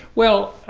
well?